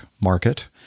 market